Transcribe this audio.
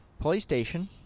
PlayStation